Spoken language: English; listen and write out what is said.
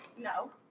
No